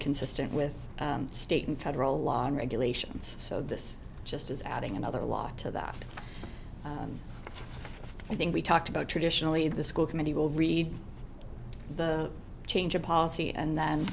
consistent with state and federal law and regulations so this just is adding another law to that i think we talked about traditionally the school committee will read the change of policy and then